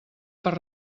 per